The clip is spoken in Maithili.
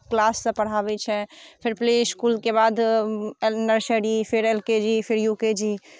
क्लाससँ पढ़ाबै छै फेर प्ले इस्कूलके बाद नर्सरी फेर एल के जी फेर यू के जी